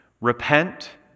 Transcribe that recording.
repent